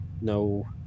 no